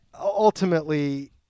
ultimately –